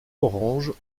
orange